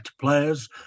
players